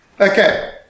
Okay